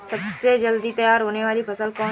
सबसे जल्दी तैयार होने वाली फसल कौन सी है?